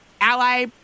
ally